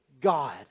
God